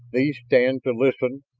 these stand to listen,